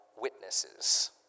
witnesses